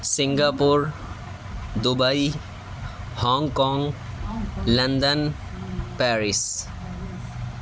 Singapore Dubai Hong Kong London Paris Singapore Dubai Hong Kong London Paris